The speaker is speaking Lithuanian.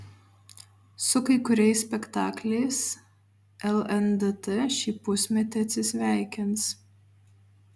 su kai kuriais spektakliais lndt šį pusmetį atsisveikins